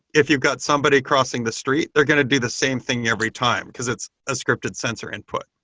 if you got somebody crossing the street, they're going to do the same thing every time, because it's a scripted sensor input.